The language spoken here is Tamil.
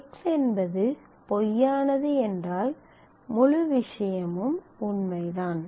x என்பது பொய்யானது என்றால் முழு விஷயமும் உண்மைதான்